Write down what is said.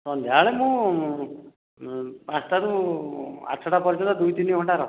ସନ୍ଧ୍ୟାବେଳେ ମୁଁ ପାଞ୍ଚ୍ ଟାରୁ ଆଠଟା ପର୍ଯ୍ୟନ୍ତ ଦୁଇ ତିନି ଘଣ୍ଟା ରହେ